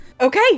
Okay